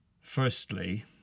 firstly